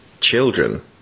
children